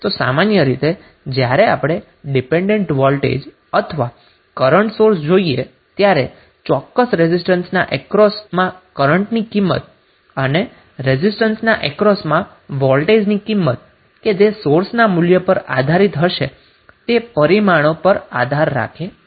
તો સામાન્ય રીતે જ્યારે આપણે ડીપેન્ડન્ટ વોલ્ટેજ અથવા કરન્ટ સોર્સ જોઈએ ત્યારે ચોક્કસ રેઝિસ્ટન્સના અક્રોસ માં કરન્ટની કિંમત અથવા રેઝિસ્ટન્સના અક્રોસમાં વોલ્ટેજની કિંમત કે જે સોર્સના મૂલ્ય પર આધારિત હશે તે પેરામીટર પર આધાર રાખે છે